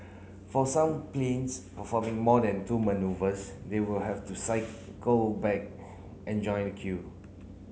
for some planes performing more than two manoeuvres they will have to cycle back and join the queue